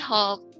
Hulk